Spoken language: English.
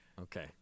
Okay